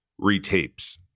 retapes